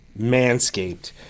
Manscaped